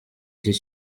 iki